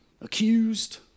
accused